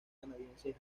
canadiense